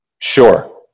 sure